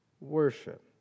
worship